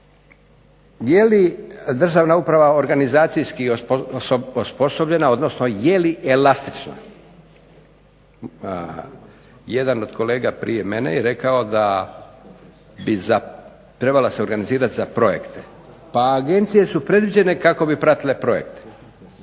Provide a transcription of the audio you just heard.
Je li državna uprava organizacijski osposobljena, odnosno je li elastična? Jedan od kolega prije mene je rekao da bi, trebala se organizirati za projekte. Pa agencije su predviđene kako bi pratile projekte.